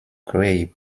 gray